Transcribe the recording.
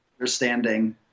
understanding